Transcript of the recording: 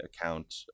account